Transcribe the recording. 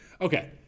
Okay